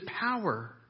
power